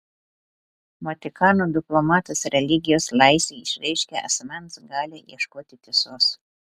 vatikano diplomatas religijos laisvė išreiškia asmens galią ieškoti tiesos